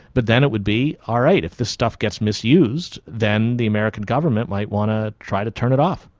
but then it would be all right, if this stuff gets misused, then the american government might want to try to turn it off.